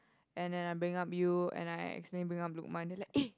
and then I bring up you and I accidentally bring up Luqman eh